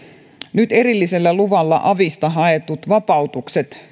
nyt erillisellä luvalla avista haetut vapautukset